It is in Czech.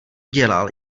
dělal